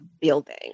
building